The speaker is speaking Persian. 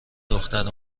دختر